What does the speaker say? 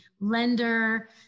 lender